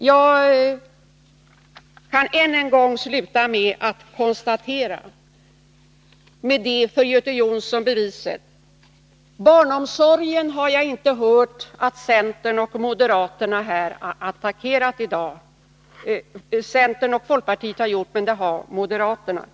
Jag kan än en gång avsluta med att konstatera — och med det konstaterandet för Göte Jonsson bevisa riktigheten i vad jag har framfört — att jag i dag inte har hört centern och folkpartiet men väl moderaterna attackera barnomsorgen.